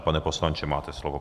Pane poslanče, máte slovo.